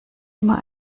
immer